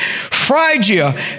Phrygia